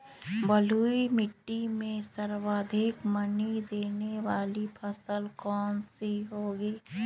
बलुई मिट्टी में सर्वाधिक मनी देने वाली फसल कौन सी होंगी?